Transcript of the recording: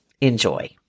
Enjoy